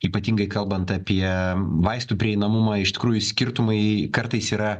ypatingai kalbant apie vaistų prieinamumą iš tikrųjų skirtumai kartais yra